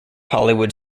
hollywood